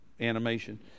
animation